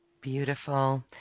beautiful